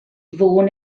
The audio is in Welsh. fôn